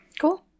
Cool